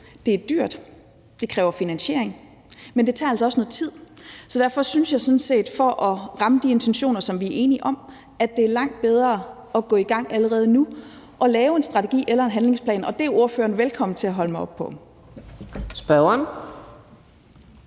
Det er dyrt, det kræver finansiering, men det tager altså også noget tid. Derfor synes jeg sådan set for at ramme de intentioner, som vi er enige om, at det er langt bedre at gå i gang allerede nu og lave en strategi eller en handlingsplan. Og det er ordføreren velkommen til at holde mig op på. Kl.